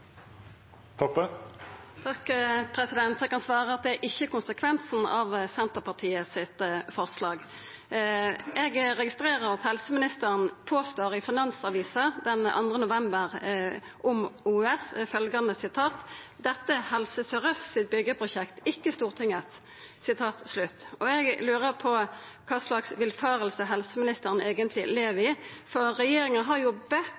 Eg kan svara at det er ikkje konsekvensen av Senterpartiet sitt forslag. Eg registrerer at helseministeren påstår følgjande om Oslo Universitetssykehus i Finansavisen den 2. november: «Dette er Helse Sør-Østs byggeprosjekt, ikke Stortingets.» Eg lurar på kva villfaring helseministeren eigentleg lever i, for regjeringa har jo bede